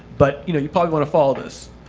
but you know you probably want to follow this.